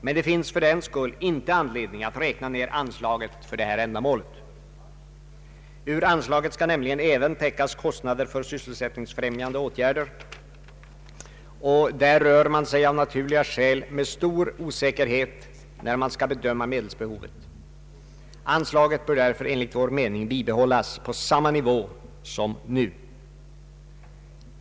Men det finns fördenskull inte anledning att räkna ner anslaget till detta ändamål. Ur anslaget skall nämligen även täckas kostnader för sysselsättningsfrämjande åtgärder, och där rör man sig av naturliga skäl med stor osäkerhet när man skall bedöma medelsbehovet. Anslaget bör därför enligt vår mening bibehållas på samma nivå som nu.